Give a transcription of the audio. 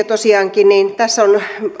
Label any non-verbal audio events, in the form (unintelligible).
(unintelligible) tosiaankin on